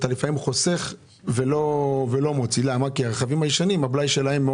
לפעמים אתה חוסך ולא מוציא כי הרכבים הישנים,